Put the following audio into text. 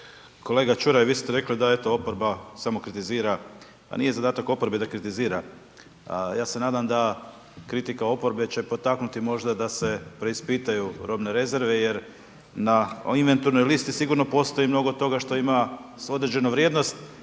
kolega Čuraj, vi ste rekli da, eto oporba samo kritizira, a nije zadatak oporbe da kritizira, ja se nadam da kritika oporbe će potaknuti možda da se preispitaju robne rezerve jer na inventurnoj listi sigurno postoji mnogo toga što ima određenu vrijednost,